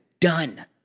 done